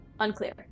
Unclear